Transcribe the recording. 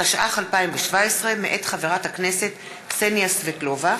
התשע"ח 2017, מאת חברת הכנסת קסניה סבטלובה,